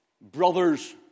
brother's